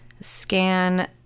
scan